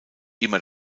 immer